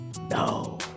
no